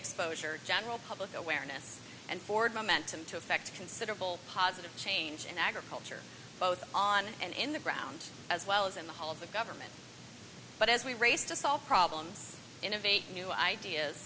exposure general public awareness and forward momentum to effect a considerable positive change in agriculture both on and in the ground as well as in the whole of the government but as we race to solve problems innovate new ideas